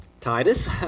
Titus